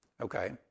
Okay